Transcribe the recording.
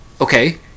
Okay